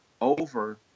over